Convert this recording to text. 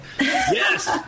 Yes